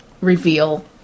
reveal